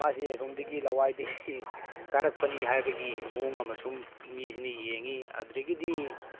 ꯃꯥꯁꯦ ꯑꯁꯣꯝꯗꯒꯤ ꯂꯋꯥꯏꯗꯒꯤ ꯀꯥꯔꯛꯄꯅꯤ ꯍꯥꯏꯕꯒꯤ ꯃꯑꯣꯡ ꯑꯃ ꯁꯨꯝ ꯃꯤꯁꯤꯅ ꯌꯦꯡꯏ ꯑꯗꯨꯗꯒꯤꯗꯤ